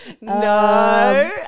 No